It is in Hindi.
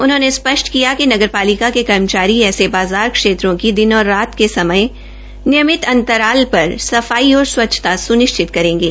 उन्होंने स्पष्ट किया कि नगरपालिका के कर्मचारी ऐसे बाज़ार क्षेत्रों की दिन और रात के समय नियमित अंतराल पर सफाई और स्वच्छता सुनिश्चित करेंगे